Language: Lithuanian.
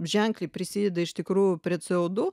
ženkliai prisideda iš tikrų prie co du